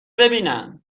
ببینم